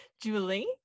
julie